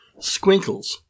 Squinkles